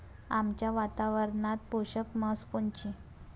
आमच्या वातावरनात पोषक म्हस कोनची?